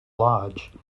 lodge